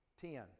Ten